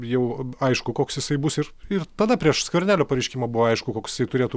jau aišku koks jisai bus ir ir tada prieš skvernelio pareiškimą buvo aišku koks jisai turėtų